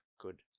Good